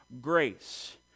grace